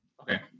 Okay